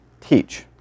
teach